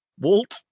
Walt